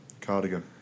Cardigan